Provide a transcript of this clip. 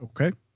Okay